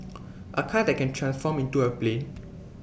A car that can transform into A plane